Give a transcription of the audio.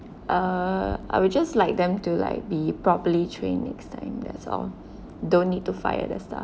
err I will just like them to like be properly trained next time that's all don't need to fire the staff